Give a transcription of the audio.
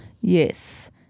Yes